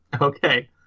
Okay